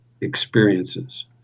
Experiences